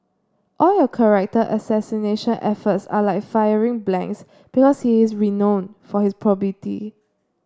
all your character assassination efforts are like firing blanks because he is renown for his probity